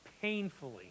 painfully